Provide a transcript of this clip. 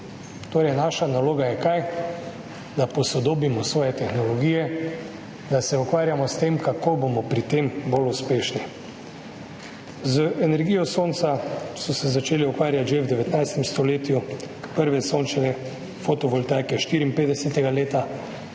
Torej, naša naloga je, da posodobimo svoje tehnologije, da se ukvarjamo s tem, kako bomo pri tem bolj uspešni. Z energijo sonca so se začeli ukvarjati že v 19. stoletju, prve sončne fotovoltaike leta